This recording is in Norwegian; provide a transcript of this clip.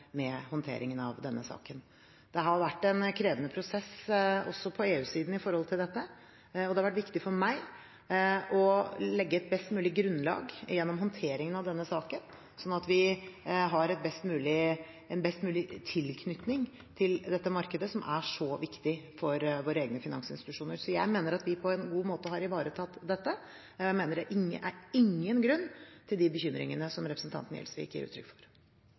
håndteringen av denne saken. Det har vært en krevende prosess også på EU-siden i tilknytning til dette. Det har vært viktig for meg å legge et best mulig grunnlag gjennom håndteringen av denne saken, slik at vi har en best mulig tilknytning til dette markedet, som er så viktig for våre egne finansinstitusjoner. Jeg mener at vi på en god måte har ivaretatt dette. Jeg mener det er ingen grunn til de bekymringene som representanten Gjelsvik gir uttrykk for.